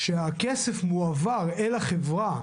שהכסף מועבר אל החברה